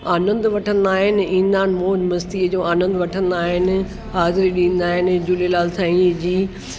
आनंद वठंदा आहिनि ईंदा आहिनि मौज मस्तीअ जो आनंद वठंदा आहिनि हाज़िरी ॾींदा आहिनि झूलेलाल साईंअ जी